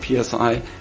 PSI